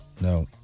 No